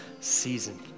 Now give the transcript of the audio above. season